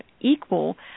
equal